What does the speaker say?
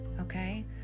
Okay